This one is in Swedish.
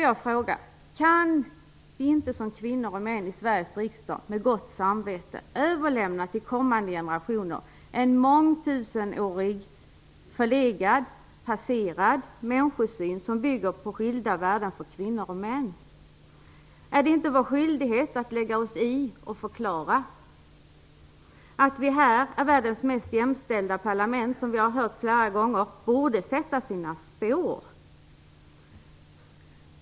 Jag frågar: Kan vi som kvinnor och män i Sveriges riksdag med gott samvete överlämna till kommande generationer en mångtusenårig förlegad och passerad människosyn, som bygger på skilda världar för kvinnor och män? Är det inte vår skyldighet att lägga oss i och förklara? Vi har här världens mest jämställda parlament - som vi har hört flera gånger - och detta borde sätta sina spår.